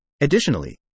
Additionally